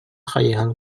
хайыһан